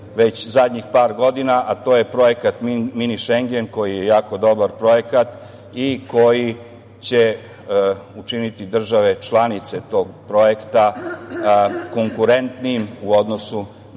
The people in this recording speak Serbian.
već zadnjih par godina, a to je projekat Mini Šengen koji je jako dobar projekat i koji će učiniti države članice tog projekta konkurentnijim u odnosu na